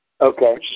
Okay